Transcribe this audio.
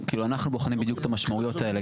אנחנו בוחנים את המשמעויות האלה,